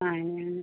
ആ എങ്ങനെ